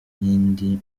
n’indi